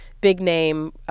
big-name